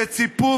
שציפו,